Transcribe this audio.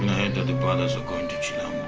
the brothers are going to